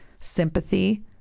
sympathy